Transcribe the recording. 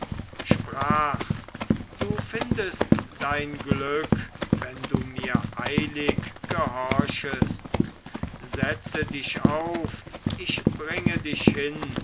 sprach du findest dein glück wenn du mir eilig gehorchest setze dich auf ich bringe dich hin